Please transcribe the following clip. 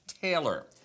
Taylor